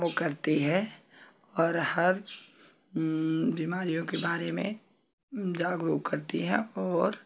वो करती है और हर बीमारियों के बारे में जागरुक करती है और